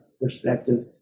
perspective